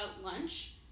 lunch